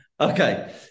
okay